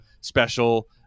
special